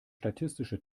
statistische